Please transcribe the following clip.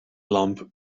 lamp